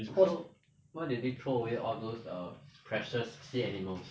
so why did they throw away all those err precious sea animals